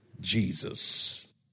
Jesus